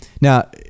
now